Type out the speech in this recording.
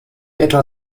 etwa